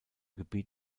gebiet